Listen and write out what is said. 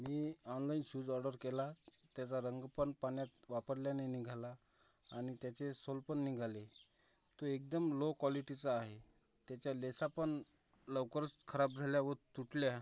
मी online shoes order केला त्याचा रंग पण पाण्यात वापरल्याने निघाला आणि त्याचे सोल पण निघाले तो एकदम लो कॉलिटीचा आहे त्याच्या लेसा पण लवकरच खराब झाल्या व तुटल्या